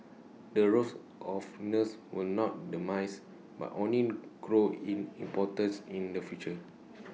the roles of nurses will not but only grow in importance in the future